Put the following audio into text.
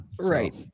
Right